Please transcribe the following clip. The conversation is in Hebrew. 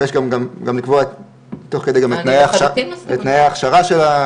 ויש גם לקבוע תוך כדי את תנאי ההכשרה.